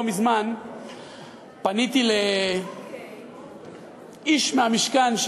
לא מזמן פניתי לאיש מהמשכן,